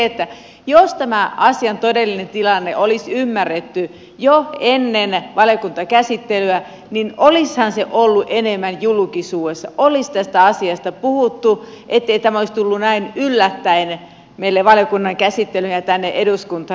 elikkä jos tämän asian todellinen tilanne olisi ymmärretty jo ennen valiokuntakäsittelyä niin olisihan se ollut enemmän julkisuudessa olisi tästä asiasta puhuttu ei tämä olisi tullut näin yllättäen meille valiokunnan käsittelyyn ja tänne eduskuntaan